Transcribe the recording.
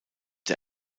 der